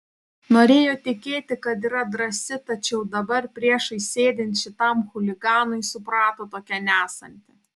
norėjo tikėti kad yra drąsi tačiau dabar priešais sėdint šitam chuliganui suprato tokia nesanti